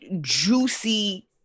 juicy